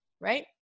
right